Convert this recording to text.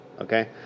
okay